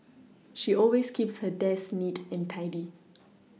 she always keeps her desk neat and tidy